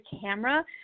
camera